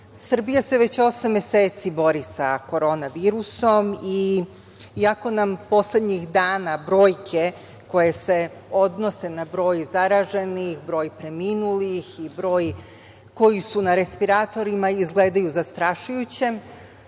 Srbija se već osam meseci bori sa korona virusom iako nam poslednjih dana brojke koje se odnose na broj zaraženih, broj preminulih i broj koji su na respiratorima i izgledaju zastrašujuće,